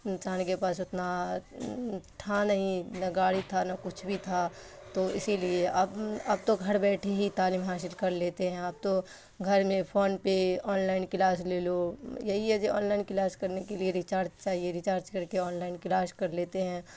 انسان کے پاس اتنا تھا نہیں نہ گاڑی تھا نہ کچھ بھی تھا تو اسی لیے اب اب تو گھر بیٹھے ہی تعلیم حاصل کر لیتے ہیں اب تو گھر میں فون پہ آن لائن کلاس لے لو یہی ہے جو آن لائن کلاس کرنے کے لیے ریچارج چاہیے ریچارج کر کے آن لائن کلاس کر لیتے ہیں